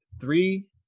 three